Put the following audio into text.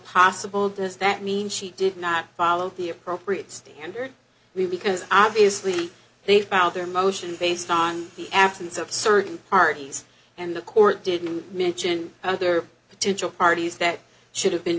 possible does that mean she did not follow the appropriate standard we because obviously they found their motion based on the absence of certain parties and the court didn't mention other potential parties that should have been